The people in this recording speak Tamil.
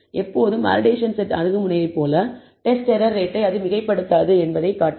எப்போதும் வேலிடேஷன் செட் அணுகுமுறையைப் போல டெஸ்ட் எரர் ரேட்டை அது மிகைப்படுத்தாது என்பதைக் காட்டலாம்